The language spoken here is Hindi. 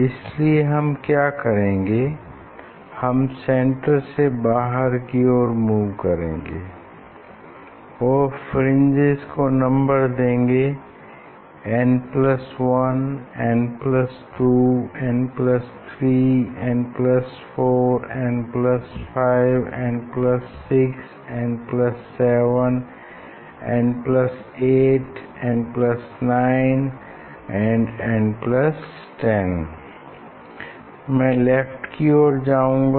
इसलिए हम क्या करेंगे हम सेन्टर से बाहर की ओर मूव करेंगे और फ्रिंजेस को नंबर देंगे n1 n2 n3 n4 n5 n6 n7 n8 n9 n10 मैं लेफ्ट की ओर जाऊंगा